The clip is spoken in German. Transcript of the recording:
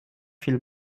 viel